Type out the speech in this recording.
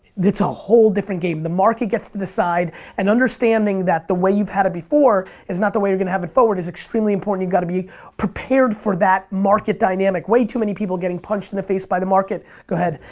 that's a whole different game. the market gets to decide and understanding that the way you've had it before is not the way you're gonna have it forward is extremely important. you gotta be prepared for that market dynamic. way too many people getting punched in the face by the market, go ahead,